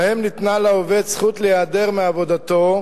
שבהם ניתנה לעובד זכות להיעדר מעבודתו,